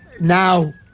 now